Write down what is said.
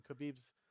Khabib's